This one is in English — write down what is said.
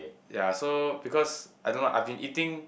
ya so because I don't know I've been eating